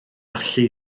allu